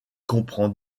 comprend